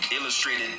illustrated